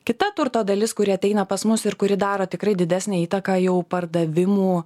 kita turto dalis kuri ateina pas mus ir kuri daro tikrai didesnę įtaką jau pardavimų